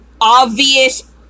obvious